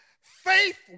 faith